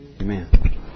Amen